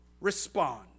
respond